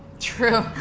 true.